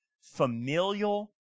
familial